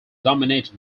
dominated